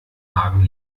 argen